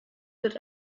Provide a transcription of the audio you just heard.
wird